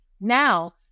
now